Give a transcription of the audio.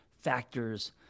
factors